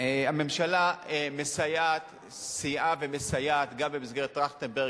הממשלה סייעה ומסייעת גם במסגרת טרכטנברג